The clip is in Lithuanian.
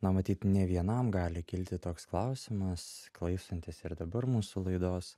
na matyt ne vienam gali kilti toks klausimas klausantis ir dabar mūsų laidos